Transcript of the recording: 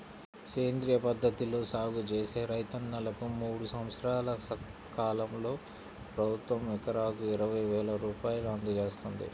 సేంద్రియ పద్ధతిలో సాగు చేసే రైతన్నలకు మూడు సంవత్సరాల కాలంలో ప్రభుత్వం ఎకరాకు ఇరవై వేల రూపాయలు అందజేత్తంది